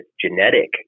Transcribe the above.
genetic